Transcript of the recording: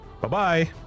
Bye-bye